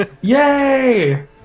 Yay